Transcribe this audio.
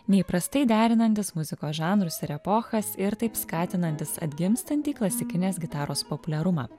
neįprastai derinantis muzikos žanrus ir epochas ir taip skatinantis atgimstantį klasikinės gitaros populiarumą